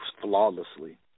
flawlessly